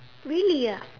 really ah